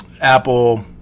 Apple